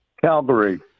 Calgary